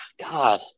god